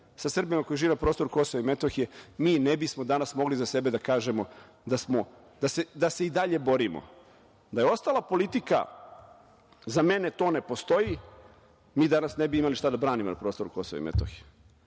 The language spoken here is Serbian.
sa Srbima koji žive na prostoru KiM, mi ne bismo danas mogli za sebe da kažemo da se i dalje borimo. Da je ostala politika – za mene to ne postoji, mi danas ne bi imali šta da branima na prostoru KiM.Rezolucija